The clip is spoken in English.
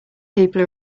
people